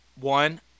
One